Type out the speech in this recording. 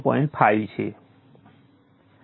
5 છે તેથી ન્યૂમરેટર 0